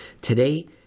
Today